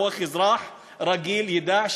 או איך אזרח רגיל ידע,